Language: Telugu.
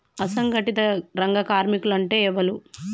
అసంఘటిత రంగ కార్మికులు అంటే ఎవలూ?